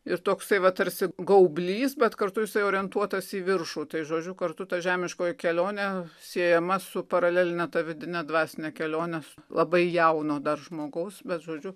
ir toksai va tarsi gaublys bet kartu jisai orientuotas į viršų tai žodžiu kartu ta žemiškoji kelionė siejama su paraleline tą vidinę dvasinę kelionę labai jauno dar žmogaus bet žodžiu